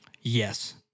Yes